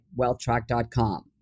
WealthTrack.com